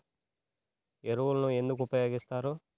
ఎరువులను ఎందుకు ఉపయోగిస్తారు?